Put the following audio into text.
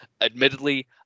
Admittedly